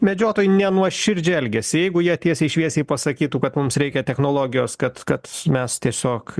medžiotojai nenuoširdžiai elgiasi jeigu jie tiesiai šviesiai pasakytų kad mums reikia technologijos kad kad mes tiesiog